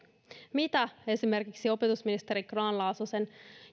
satsauksia esimerkiksi opetusministeri grahn laasosen